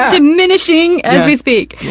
diminishing as we speak.